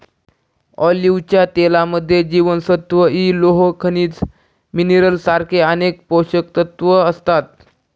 ऑलिव्हच्या तेलामध्ये जीवनसत्व इ, लोह, खनिज मिनरल सारखे अनेक पोषकतत्व असतात